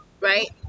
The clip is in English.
right